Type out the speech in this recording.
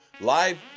live